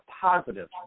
positive